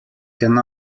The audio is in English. can